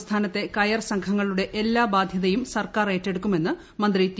സംസ്ഥാനത്തെ ക്ടിയ്ർ സംഘങ്ങളുടെ എല്ലാ ബാധ്യതയും സർക്കാർ ഏറ്റെടുക്കുമെന്ന് മന്ത്രി ടി